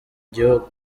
gihugu